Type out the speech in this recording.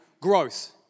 growth